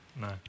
No